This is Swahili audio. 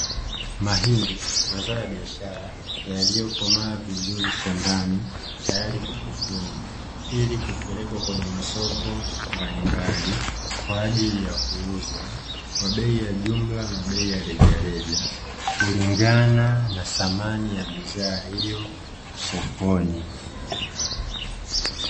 Mahindi mazao ya biashara yaliyo komaa vizuri shambani tayari kwa kuvunwa, ili kupelekwa kwenye masoko mbalimbali kwa ajiri ya kuuzwa kwa bei ya jumla na kwa rejareja, kulingana na thamani ya bidhaa hiyo sokoni.